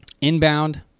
Inbound